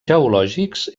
geològics